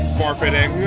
forfeiting